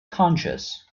conscious